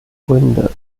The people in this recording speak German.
gründe